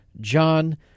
John